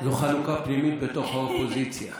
זו חלוקה פנימית בתוך האופוזיציה.